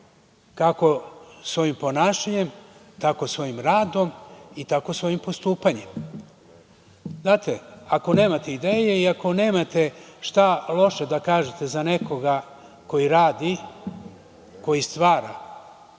kako svojim ponašanjem, tako svojim radom i tako svojim postupanjem. Znate, ako nemate ideje i ako nemate šta loše da kažete za nekoga koji radi, koji stvara,